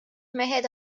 mehed